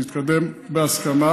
שזה יתקדם בהסכמה.